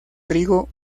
trigo